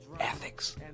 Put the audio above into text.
ethics